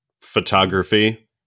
photography